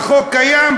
החוק קיים,